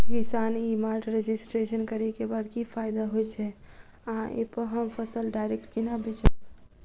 किसान e mart registration करै केँ बाद की फायदा होइ छै आ ऐप हम फसल डायरेक्ट केना बेचब?